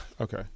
Okay